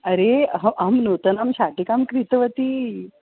अरे अहं अहं नूतनां शाटिकां क्रीतवती